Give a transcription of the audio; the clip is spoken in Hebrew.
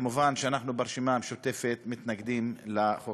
מובן שאנחנו ברשימה המשותפת מתנגדים לחוק הזה,